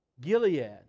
Gilead